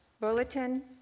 bulletin